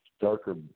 darker